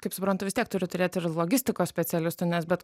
kaip suprantu vis tiek turit turėti ir logistikos specialistų nes bet